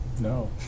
No